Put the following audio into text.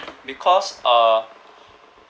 because uh